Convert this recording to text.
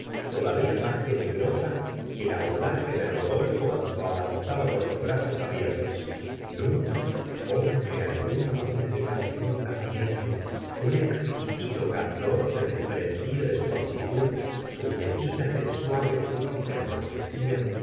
todavía más peligrosa que la audacia de rodolfo cuando avanzaba con los brazos abiertos nunca hombre alguno habíale parecido tan bello un exquisito candor se desprendía de su actitud sus mejillas de suave cutis enrojecian